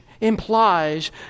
implies